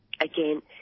Again